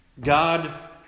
God